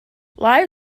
live